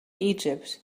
egypt